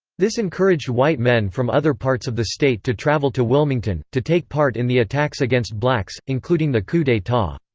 this encouraged white men from other parts of the state to travel to wilmington, to take part in the attacks against blacks, including the coup d'etat.